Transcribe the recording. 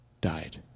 died